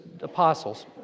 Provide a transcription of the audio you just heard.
apostles